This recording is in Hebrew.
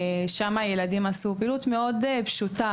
שם הילדים עשו אמנם פעילות מאוד פשוטה,